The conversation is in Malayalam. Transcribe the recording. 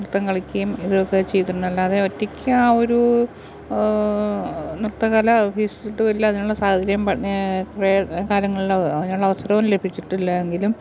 നൃത്തം കളിക്കുകയും ഇതൊക്കെ ചെയ്തുണ്ടല്ലാതെ ഒറ്റയ്ക്ക് ആ ഒരു നൃത്ത കല അഭ്യസിച്ചിട്ടും ഇല്ല അതിനുള്ള സാഹചര്യം കാലങ്ങൾലോ അതിനുള്ള അവസരവും ലഭിച്ചിട്ടില്ല എങ്കിലും